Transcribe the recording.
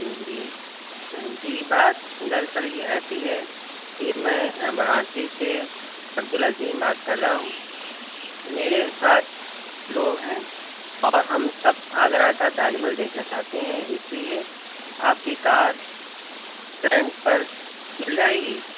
جی جی بات دراصل یہ ایسی ہے کہ میں وارانسی سے عبد العظیم بات کر رہا ہوں میرے سات لوگ ہیں اور ہم سب آگرہ کا تاج محل دیکھنا چاہتے ہیں اس لیے آپ کی کار رینٹ پر مل جائے گی